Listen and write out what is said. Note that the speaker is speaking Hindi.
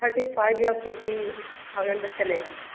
थर्टी फाइव या फोर्टी थाउजेंड तक चलेगा